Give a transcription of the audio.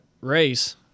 race